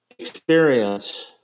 experience